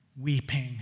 weeping